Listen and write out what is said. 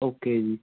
okay ਜੀ